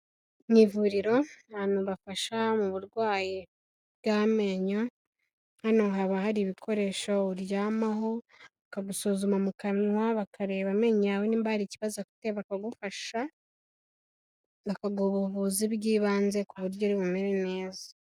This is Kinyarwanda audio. Mu ivuriro abantu bafasha mu burwayi bw'amenyo, hano haba hari ibikoresho uryamaho bakagusuzuma mu kanwa, bakareba amenyo yawe niba hari ikibazoafite bakagufasha, bakaguha ubuvuzi bw'ibanze ku buryo uri bumere neza.